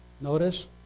notice